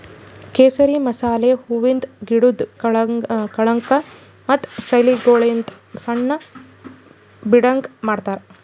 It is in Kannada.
ಕೇಸರಿ ಮಸಾಲೆ ಹೂವಿಂದ್ ಗಿಡುದ್ ಕಳಂಕ ಮತ್ತ ಶೈಲಿಗೊಳಲಿಂತ್ ಬಣ್ಣ ಬೀಡಂಗ್ ಮಾಡ್ತಾರ್